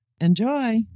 enjoy